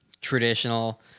traditional